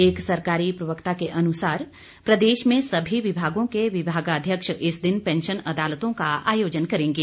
एक सरकारी प्रवक्ता के अनुसार प्रदेश में सभी विभागों के विभागाध्यक्ष इस दिन पैंशन अदालतों का आयोजन करेंगे